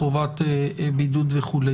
חובת בידוד וכו'.